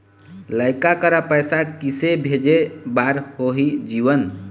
लइका करा पैसा किसे भेजे बार होही जीवन